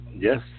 Yes